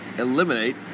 eliminate